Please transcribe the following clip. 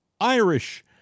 Irish